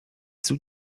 sous